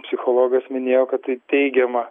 psichologas minėjo kad tai teigiama